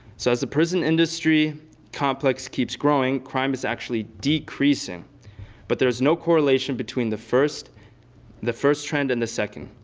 so as the prison industry complex keeps growing crime is actually decreasing but there is no correlation between the the first trend and the second.